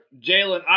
Jalen